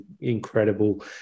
incredible